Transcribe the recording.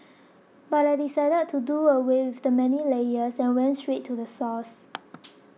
but I decided to do away with the many layers and went straight to the source